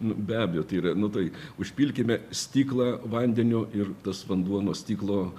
nu be abejo tai yra nu tai užpilkime stiklą vandeniu ir tas vanduo nuo stiklo